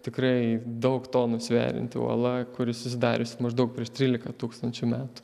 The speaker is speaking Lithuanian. tikrai daug tonų sverianti uola kuri susidarius maždaug prieš trylika tūkstančių metų